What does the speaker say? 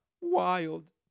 wild